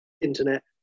Internet